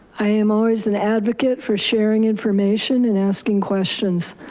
i am always an advocate for sharing information and asking questions.